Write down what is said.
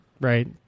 right